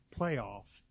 playoff